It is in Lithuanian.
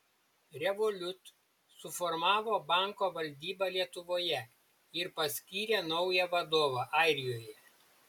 revolut suformavo banko valdybą lietuvoje ir paskyrė naują vadovą airijoje